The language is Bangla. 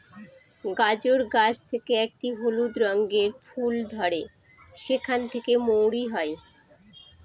গাজর গাছ থেকে একটি হলুদ রঙের ফুল ধরে সেখান থেকে মৌরি হয়